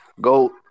go